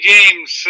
James